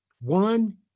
One